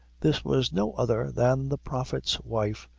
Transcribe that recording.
this was no other than the prophet's wife,